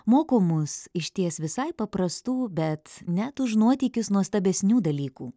moko mus išties visai paprastų bet net už nuotykius nuostabesnių dalykų